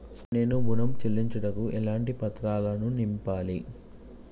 నేను ఋణం చెల్లించుటకు ఎలాంటి పత్రాలను నింపాలి?